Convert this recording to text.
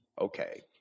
okay